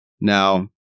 Now